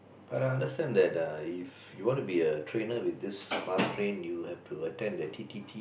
but I understand that uh if you wanna be a trainer with this Mars Train you have to attend their T_T_T